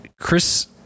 Chris